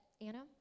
Anna